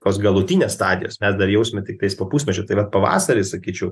tos galutinės stadijos mes dar jausme tiktais po pusmečio tai vat pavasaris sakyčiau